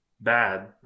bad